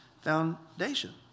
foundation